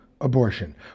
abortion